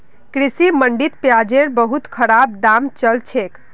कृषि मंडीत प्याजेर बहुत खराब दाम चल छेक